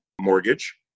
mortgage